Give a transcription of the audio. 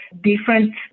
different